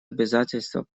обязательства